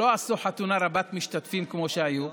שלא עשו חתונה רבת-משתתפים כמו שהיו,